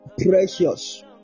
precious